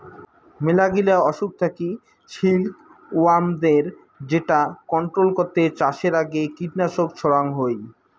মেলাগিলা অসুখ থাকি সিল্ক ওয়ার্মদের যেটা কন্ট্রোল করতে চাষের আগে কীটনাশক ছড়াঙ হই